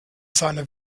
seiner